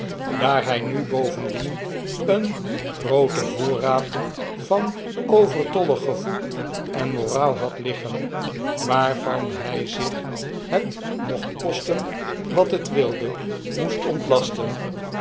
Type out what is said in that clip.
daar hij nu bovendien een grooten voorraad van overtollig gevoel en moraal had liggen waarvan hij zich het mocht kosten wat het wilde moest ontlasten